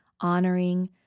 Honoring